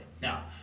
Now